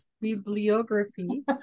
bibliography